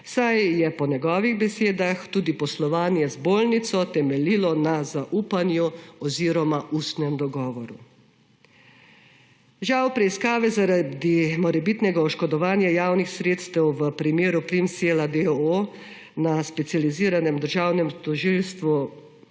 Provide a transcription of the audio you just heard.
saj je po njegovih besedah tudi poslovanje z bolnico temeljilo na zaupanju oziroma ustnem dogovoru. Žal preiskave zaradi morebitnega oškodovanja javnih sredstev v primeru Primsella, d. o. o., na specializiranem državnem tožilstvu